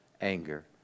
anger